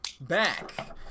Back